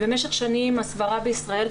במשך שנים הסברה בישראל,